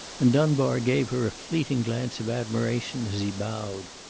and dunbar gave her a fleeting glance of admiration as he bowed.